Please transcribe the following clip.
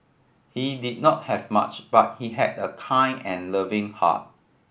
he did not have much but he had a kind and loving heart